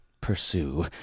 pursue